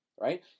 Right